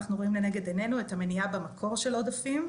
אנחנו רואים לנגד עינינו את המניעה של העודפים במקור,